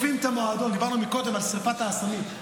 ודיברנו קודם על שרפת האסמים,